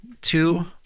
two